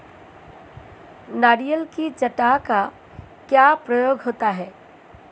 नारियल की जटा का क्या प्रयोग होता है?